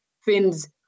Finns